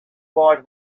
white